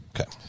Okay